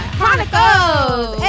Chronicles